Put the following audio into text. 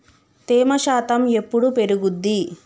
తేమ శాతం ఎప్పుడు పెరుగుద్ది?